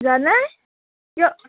যোৱা নাই কিয়